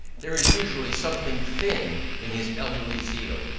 there is usually something thin in his elderly zeal,